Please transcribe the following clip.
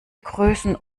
größen